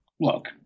look